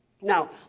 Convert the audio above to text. Now